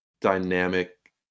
dynamic